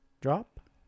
drop